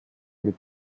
mit